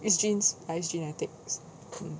it's genes ya it's genetics mm